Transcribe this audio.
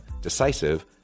decisive